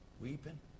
weeping